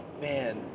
man